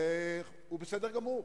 וזה בסדר גמור.